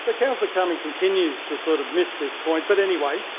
so councillor cumming continues to sort of miss this point, but anyway,